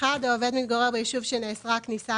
(1)העובד מתגורר ביישוב שנאסרה הכניסה